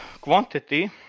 quantity